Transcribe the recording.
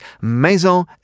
Maison